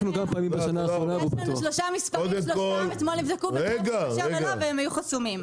יש לנו שלושה מספרים ושלושתם נבדקו וכולם היו חסומים.